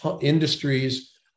industries